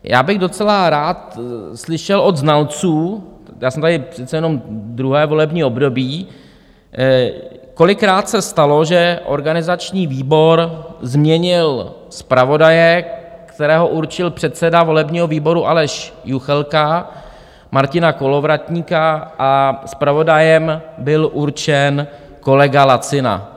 Já bych docela rád slyšel od znalců, já jsem tady přece jenom druhé volební období, kolikrát se stalo, že organizační výbor změnil zpravodaje, kterého určil předseda volebního výboru Aleš Juchelka, Martina Kolovratníka, a zpravodajem byl určen kolega Lacina?